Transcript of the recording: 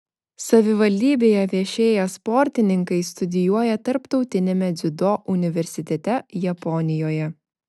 savivaldybėje viešėję sportininkai studijuoja tarptautiniame dziudo universitete japonijoje